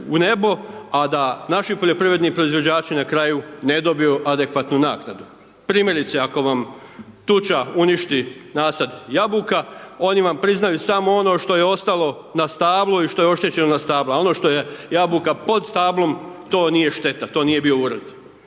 u nebo, a da naši poljoprivredni proizvođači na kraju ne dobiju adekvatnu naknadu. Primjerice, ako vam tuča uništi nasad jabuka, oni vam priznaju samo ono što je ostalo na stablu i što je oštećeno na stablu, a ono što je jabuka pod stablom, to nije šteta, to nije bio urod.